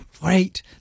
great